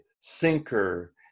sinker